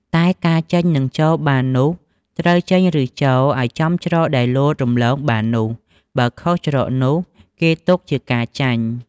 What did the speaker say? តែការចេញនិងចូលបាននោះត្រូវចេញ ឬចួលឲ្យចំច្រកដែលលោតរំលងបាននោះ បើខុសច្រកនោះ គេទុកជាការចាញ់។